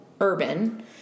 urban